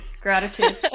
Gratitude